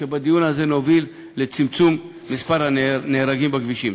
שבדיון הזה נוביל לצמצום מספר הנהרגים בכבישים.